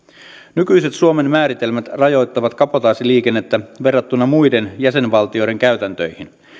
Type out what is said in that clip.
nykyiset suomen määritelmät rajoittavat kabotaasiliikennettä verrattuna muiden jäsenvaltioiden käytäntöihin